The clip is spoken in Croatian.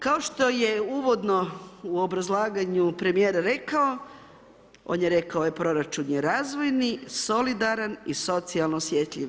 Kao što je uvodno u obrazlaganju premijer rekao, on je rekao ovaj proračun je razvojni, solidaran i socijalno osjetljiv.